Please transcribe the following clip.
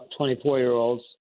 24-year-olds